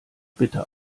bitte